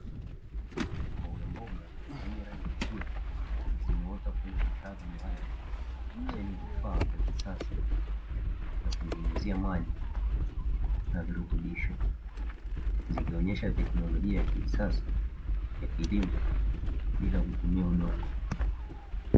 Mbogamboga zenye rangi nzuri, zimeota kwenye kitalu maalumu chenye vifaa vya kisasa vya kunyunyizia maji na virutubisho, zikionyesha teknolojia ya kisasa ya kilimo bila kutumia udongo.